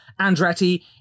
Andretti